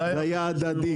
זה היה הדדי.